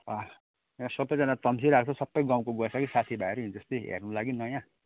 अँ यहाँ सबैजना तम्सिरहेको छ सबै गाउँको गएछ कि साथी भाइहरू हिजोअस्ति हेर्नु लागि नयाँ